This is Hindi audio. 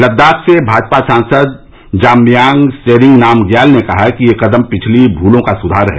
लद्दाख से भाजपा सांसद जाम्यांग त्सेरिंग नामग्याल ने कहा कि यह कदम पिछली भूलों का सुधार है